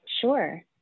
Sure